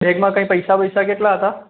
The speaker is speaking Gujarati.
બેગમાં કંઈ પૈસા બૈસા કેટલા હતા